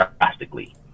drastically